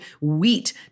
wheat